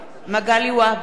מגלי והבה,